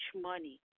money